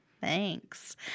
Thanks